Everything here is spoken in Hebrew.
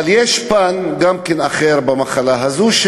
אבל גם יש פן אחר למחלה הזאת,